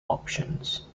options